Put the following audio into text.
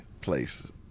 place